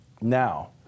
now